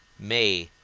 may,